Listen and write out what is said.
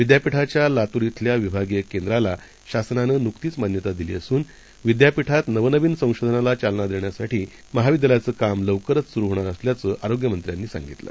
विद्यापीठाच्या लातूर शिल्या विभागीय केंद्राला शासनानं नुकतीच मान्यता दिली असून विद्यापीठात नवनवीन संशोधनाला चालना देण्यासाठी प्रस्तावित महाविद्यालयाचं काम लवकरच सुरू होणार असल्याचं आरोग्य मंत्र्यांनी सांगितलं